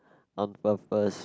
on purpose